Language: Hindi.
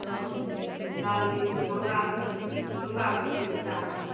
हाँ दाल भी महँगा महँगा मिलता है